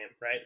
right